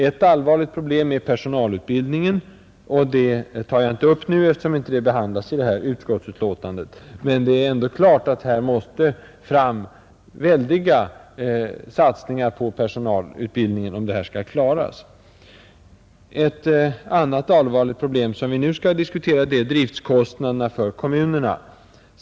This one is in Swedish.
Ett allvarligt problem är personalutbildningen, men den frågan tar jag inte upp nu, eftersom den inte behandlas i det här utskottsbetänkandet. Det är ändå klart att här måste fram väldiga satsningar på personalutbildningen. Ett annat allvarligt problem, som vi nu skall diskutera, är kommunernas driftkostnader.